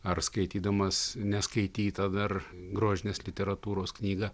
ar skaitydamas neskaitytą dar grožinės literatūros knygą